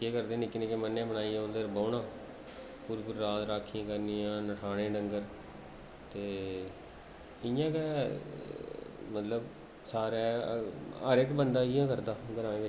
केह् करदे निक्के निक्के मह्न्ने बनाइयै उं'दे उप्पर बौह्ना पूरी पूरी रात राक्खियां करनियां नस्हाने डंगर ते इ'यां गै मतलब सारे हर इक बंदा इ'यां करदा ग्राएं बिच